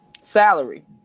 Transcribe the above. salary